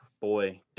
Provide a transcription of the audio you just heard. Boy